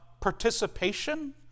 participation